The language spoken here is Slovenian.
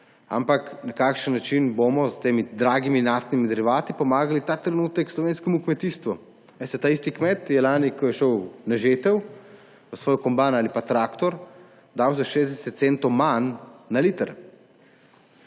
ampak na kakšen način bomo s temi dragimi naftnimi derivati pomagali ta trenutek slovenskemu kmetijstvu? Saj ta isti kmet je lani, ko je šel na žetev, v svoj kombajn ali traktor dal za 60 centov manj na liter.